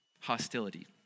Hostility